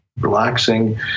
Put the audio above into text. relaxing